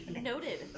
Noted